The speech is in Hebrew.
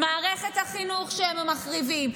מערכת החינוך שהם מחריבים,